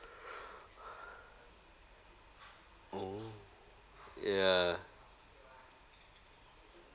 oh ya